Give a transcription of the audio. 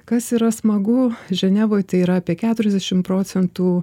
kas yra smagu ženevoj tai yra apie keturiasdešimt procentų